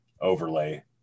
overlay